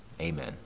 Amen